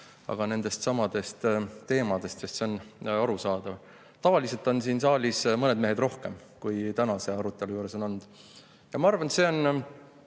aga nendestsamadest teemadest, sest see on arusaadav. Tavaliselt on siin saalis mõned mehed rohkem, kui tänase arutelu juures on olnud. Ja ma arvan, et see on